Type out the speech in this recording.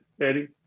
Eddie